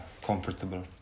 comfortable